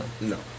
No